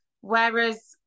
Whereas